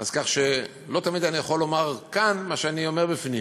אז כך שלא תמיד אני יכול לומר כאן מה שאני אומר בפנים.